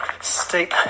steep